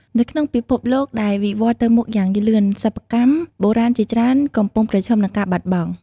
នៅក្នុងពិភពលោកដែលវិវឌ្ឍទៅមុខយ៉ាងលឿន សិប្បកម្មបុរាណជាច្រើនកំពុងប្រឈមនឹងការបាត់បង់។